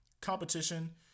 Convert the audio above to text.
competition